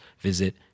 visit